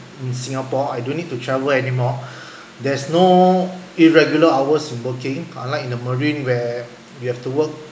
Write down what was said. in singapore I don't need to travel anymore there's no irregular hours in working unlike in the marine where you have to work